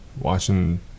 watching